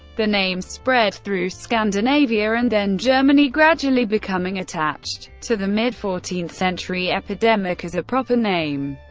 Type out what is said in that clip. the name spread through scandinavia and then germany, gradually becoming attached to the mid fourteenth century epidemic as a proper name.